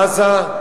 עזה,